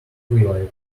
twilight